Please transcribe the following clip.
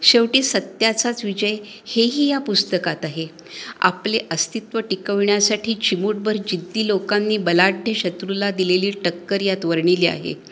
शेवटी सत्याचाच विजय हेही या पुस्तकात आहे आपले अस्तित्व टिकविण्यासाठी चिमूटभर जिद्दी लोकांनी बलाढ्य शत्रूला दिलेली टक्कर यात वर्णिली आहे